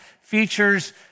features